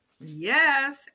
Yes